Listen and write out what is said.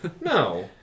No